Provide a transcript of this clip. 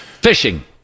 Fishing